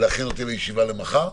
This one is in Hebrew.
ולהכין אותי לישיבה מחר.